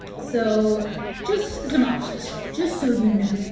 so just some options. just so you know.